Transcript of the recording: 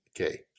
Okay